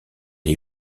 les